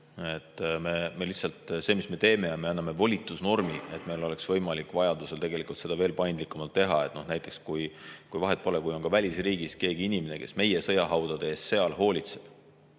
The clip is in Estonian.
ei muuda. Lihtsalt me anname volitusnormi, et meil oleks võimalik vajaduse korral seda veel paindlikumalt teha. Näiteks, vahet pole, kui on ka välisriigis keegi inimene, kes meie sõjahaudade eest seal hoolitseb,